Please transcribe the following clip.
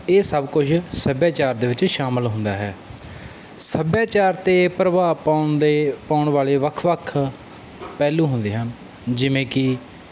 ਇਹ ਸਭ ਕੁਝ ਸੱਭਿਆਚਾਰ ਦੇ ਵਿੱਚ ਸ਼ਾਮਿਲ ਹੁੰਦਾ ਹੈ ਸੱਭਿਆਚਾਰ 'ਤੇ ਪ੍ਰਭਾਵ ਪਾਉਣ ਦੇ ਪਾਉਣ ਵਾਲੇ ਵੱਖ ਵੱਖ ਪਹਿਲੂ ਹੁੰਦੇ ਹਨ ਜਿਵੇਂ ਕਿ